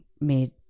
made